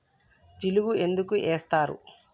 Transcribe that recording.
జిలుగు ఎందుకు ఏస్తరు?